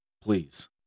please